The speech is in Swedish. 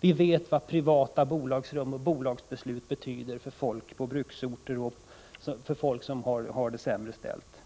Vi vet vad privata bolagsrum och bolagsbeslut betyder för folk på bruksorter och folk som har det dåligt ställt.